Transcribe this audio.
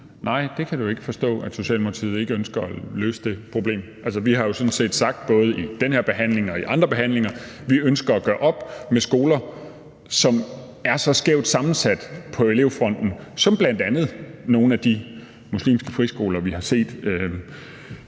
Nej, sådan kan du ikke forstå det, altså at Socialdemokratiet ikke ønsker at løse det problem. Altså, vi har jo sådan set sagt både under den her behandling og under andre behandlinger, at vi ønsker at gøre op med skoler, som er så skævt sammensat på elevfronten som bl.a. nogle af de muslimske friskoler, vi har set.